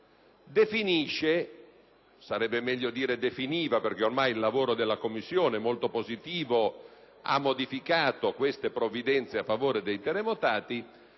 definisce - sarebbe meglio dire definiva, perché ormai il lavoro molto positivo della Commissione ha modificato queste provvidenze a favore dei terremotati